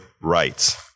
rights